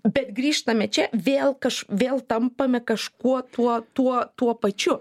bet grįžtame čia vėl kaž vėl tampame kažkuo tuo tuo tuo pačiu